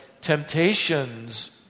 temptations